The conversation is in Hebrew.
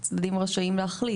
הצדדים רשאים להחליט.